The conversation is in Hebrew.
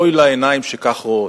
אוי לעיניים שכך רואות,